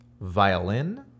Violin